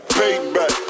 payback